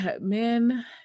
Men